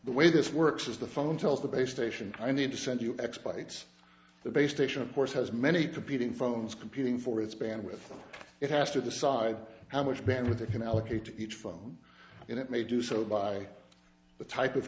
the way this works is the phone tells the base station i need to send you x plates the base station of course has many competing phones competing for its band with it has to decide how much bandwidth it him allocate to each phone and it may do so by the type of